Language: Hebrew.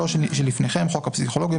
שלוש שלפניכם: חוק הפסיכולוגיה,